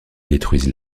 détruisent